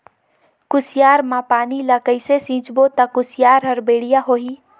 कुसियार मा पानी ला कइसे सिंचबो ता कुसियार हर बेडिया होही?